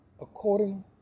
according